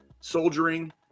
soldiering